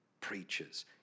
preachers